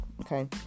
Okay